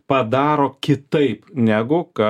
padaro kitaip negu kad nu pats padarai ar